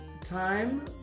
time